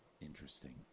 Interesting